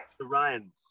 Ryan